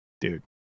dude